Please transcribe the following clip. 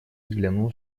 заглянул